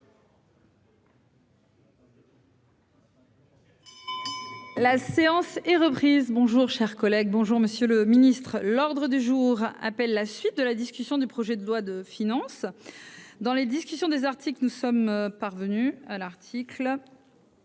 La séance est reprise bonjour chers collègues, bonjour monsieur le Ministre, l'ordre du jour appelle la suite de la discussion du projet de loi de finances dans les discussions des articles que nous sommes parvenus à l'article.